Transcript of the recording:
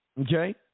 Okay